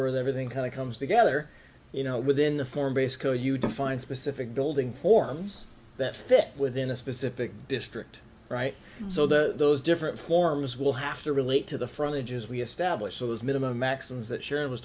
where the everything kind of comes together you know within the form base co you don't find specific building forms that fit within a specific district right so the those different forms will have to relate to the front pages we establish those minimum maxims that sharon was